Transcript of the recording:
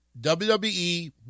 WWE